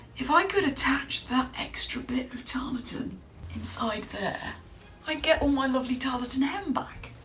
if i could attach that extra bit of tarlatan inside there i'd get all my lovely tarlatan hem back.